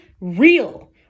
real